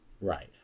Right